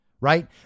right